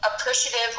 appreciative